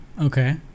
Okay